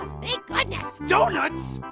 thank goodness. donuts?